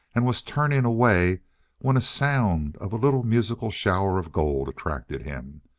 and was turning away when a sound of a little musical shower of gold attracted him.